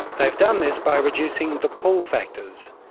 they've done this by reducing the pull factors,